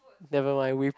never mind we